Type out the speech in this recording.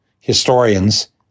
historians